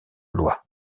loi